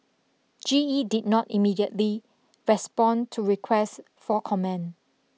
G E did not immediately respond to requests for comment